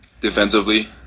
Defensively